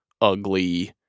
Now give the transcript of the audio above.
ugly